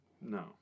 No